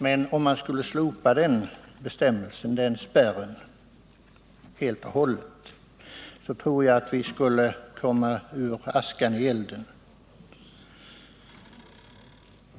Men om den spärren slopades tror jag vi skulle komma ur askan i elden.